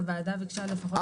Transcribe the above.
הוועדה ביקשה לפחות לארבע שנים.